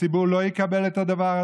הציבור לא יקבל את הדבר הזה.